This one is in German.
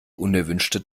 unerwünschte